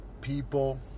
people